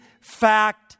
fact